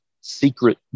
secret